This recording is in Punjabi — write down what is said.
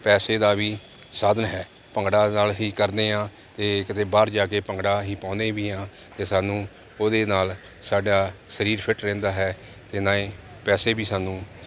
ਪੈਸੇ ਦਾ ਵੀ ਸਾਧਨ ਹੈ ਭੰਗੜਾ ਨਾਲ ਹੀ ਕਰਦੇ ਹਾਂ ਇਹ ਕਿਤੇ ਬਾਹਰ ਜਾ ਕੇ ਭੰਗੜਾ ਅਸੀਂ ਪਾਉਂਦੇ ਵੀ ਹਾਂ ਅਤੇ ਸਾਨੂੰ ਉਹਦੇ ਨਾਲ ਸਾਡਾ ਸਰੀਰ ਫਿਟ ਰਹਿੰਦਾ ਹੈ ਅਤੇ ਨਾਲੇ ਵੈਸੇ ਵੀ ਸਾਨੂੰ